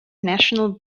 national